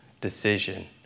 decision